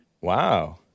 Wow